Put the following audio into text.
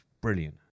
brilliant